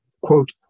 quote